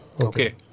Okay